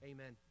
Amen